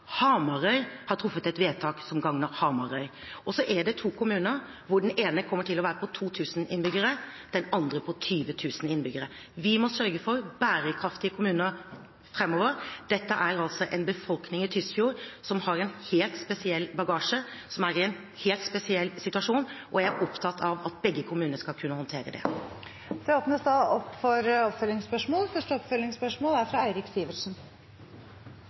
Hamarøy har truffet et vedtak som gagner Hamarøy. Det er to kommuner hvor den ene kommer til å være på 2 000 innbyggere og den andre på 20 000 innbyggere, og vi må sørge for bærekraftige kommuner framover. Det er en befolkning i Tysfjord som har en helt spesiell bagasje, som er i en helt spesiell situasjon, og jeg er opptatt av at begge kommunene skal kunne håndtere